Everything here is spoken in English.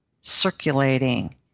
circulating